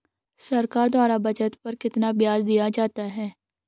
सरकार द्वारा बचत पत्र पर कितना ब्याज दिया जाता है?